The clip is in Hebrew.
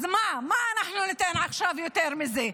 אז מה, מה אנחנו ניתן עכשיו יותר מזה?